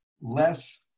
less